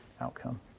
outcome